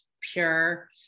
pure